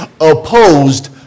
opposed